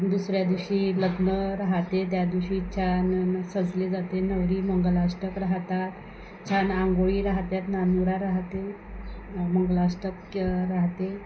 दुसऱ्या दिवशी लग्न राहाते त्या दिवशी छान न सजले जाते नवरी मंगलाष्टक राहातात छान आंघोळी राहतात नानुरा राहाते मंगलाष्टक राहाते